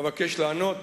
אבקש לענות